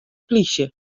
plysje